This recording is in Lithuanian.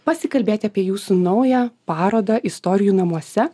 pasikalbėti apie jūsų naują parodą istorijų namuose